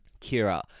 Kira